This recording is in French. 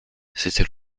c’était